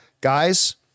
Guys